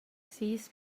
sis